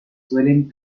suelen